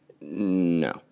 No